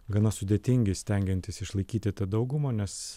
gana sudėtingi stengiantis išlaikyti tą daugumą nes